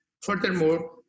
Furthermore